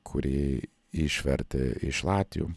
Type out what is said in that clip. kuri išvertė iš latvių